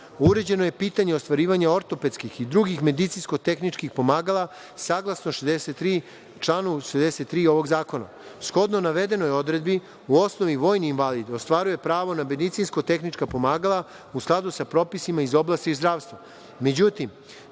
zakonom. Uređeno je pitanje ostvarivanje ortopedskih i drugih medicinsko-tehničkih pomagala, saglasno članu 63. ovog zakona. Shodno navedenoj odredbi, u osnovi vojni invalid ostvaruje pravo na medicinsko-tehnička pomagala u skladu sa propisima iz oblasti zdravstva.Međutim,